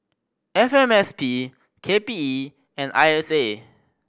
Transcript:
F M S P K P E and I S A